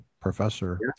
professor